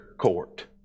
court